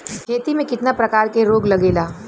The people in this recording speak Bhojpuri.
खेती में कितना प्रकार के रोग लगेला?